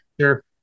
Sure